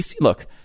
Look